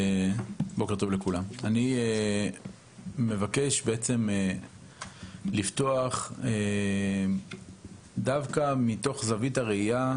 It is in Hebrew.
אני מבקש בעצם לפתוח דווקא מתוך זווית הראייה,